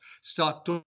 Start